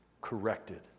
corrected